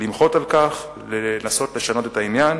למחות על כך ולנסות לשנות את העניין.